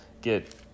get